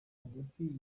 hagati